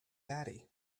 batty